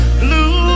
blue